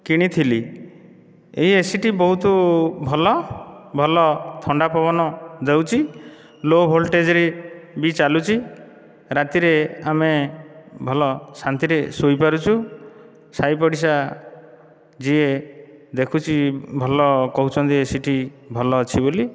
କିଣିଥିଲି ଏହି ଏସିଟି ବହୁତ ଭଲ ଭଲ ଥଣ୍ଡା ପବନ ଦେଉଛି ଲୋ ଭୋଲ୍ଟେଜରେ ବି ଚାଲୁଛି ରାତିରେ ଆମେ ଭଲ ଶାନ୍ତିରେ ଶୋଇ ପାରୁଛୁ ସାଇପଡ଼ିଶା ଯିଏ ଦେଖୁଛି ଭଲ କହୁଛନ୍ତି ଏସିଟି ଭଲ ଅଛି ବୋଲି